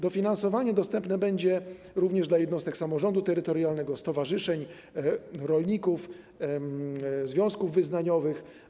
Dofinansowanie dostępne będzie również dla jednostek samorządu terytorialnego, stowarzyszeń, rolników i związków wyznaniowych.